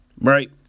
right